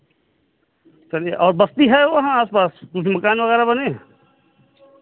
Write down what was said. समझे और बस्ती है वहाँ आस पास कुछ मकान वगैरह बने हैं